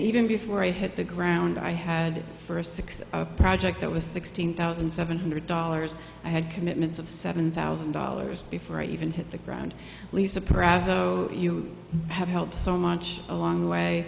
even before i hit the ground i had for a six hour project that was sixteen thousand seven hundred dollars i had commitments of seven thousand dollars before i even hit the ground lisa proud so you have helped so much along the way